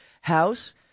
house